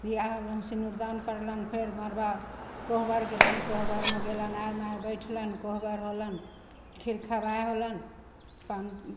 बिआहमे सिन्दूरदान पड़लनि फेर मड़बा कोहबर गेलनि कोहबरमे गेलनि आइ माइ बैठलनि कोहबर होलनि खीर खेवाइ होलनि तहन